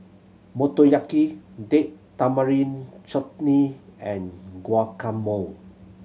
Motoyaki Date Tamarind Chutney and Guacamole